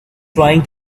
trying